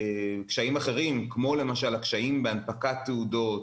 קשיים אחרים כמו למשל הקשיים בהנפקת תעודות,